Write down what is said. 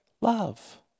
love